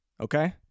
Okay